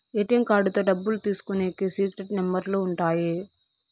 ATM కార్డుతో డబ్బులు తీసుకునికి సీక్రెట్ నెంబర్లు ఉంటాయి